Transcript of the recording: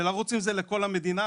ולרוץ עם זה לכל המדינה.